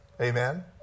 Amen